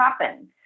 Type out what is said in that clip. happen